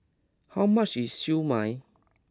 how much is Siew Mai